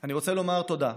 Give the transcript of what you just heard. אני רוצה להגיד תודה: